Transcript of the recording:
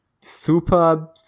super